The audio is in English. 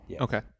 Okay